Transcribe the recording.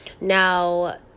Now